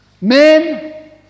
Men